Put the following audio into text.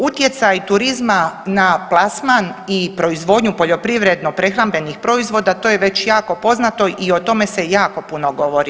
Utjecaj turizma na plasman i proizvodnju poljoprivredno-prehrambenih proizvoda to je već jako poznato i o tome se jako puno govori.